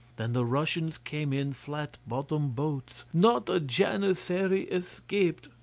than the russians came in flat-bottomed boats not a janissary escaped.